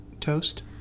toast